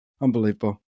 unbelievable